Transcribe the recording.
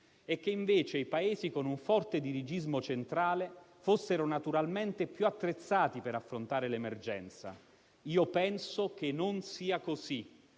e che invece i Paesi con un forte dirigismo centrale fossero naturalmente più attrezzati per affrontare l'emergenza. Penso che non sia così.